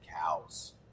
cows